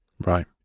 Right